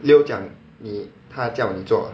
leo 讲你他叫你做 ah